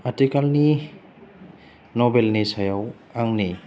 आथिखालनि नभेलनि सायाव आंनि